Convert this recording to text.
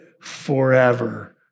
forever